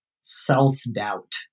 self-doubt